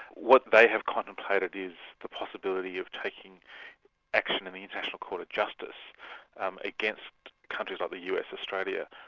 what they have contemplated is the possibility of taking action in the international court of justice against countries like the us, australia,